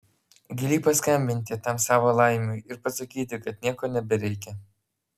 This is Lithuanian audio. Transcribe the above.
gali paskambinti tam savo laimiui ir pasakyti kad nieko nebereikia